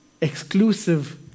exclusive